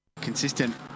consistent